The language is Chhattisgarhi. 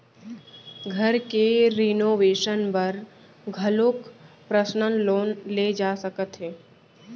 घर के रिनोवेसन बर घलोक परसनल लोन ले जा सकत हे